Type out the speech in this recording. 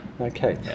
Okay